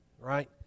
right